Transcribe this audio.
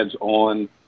on